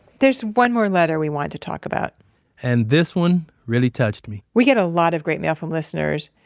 there's one more letter we wanted to talk about and this one really touched me we get a lot of great mail from listeners,